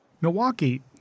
Milwaukee